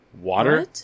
water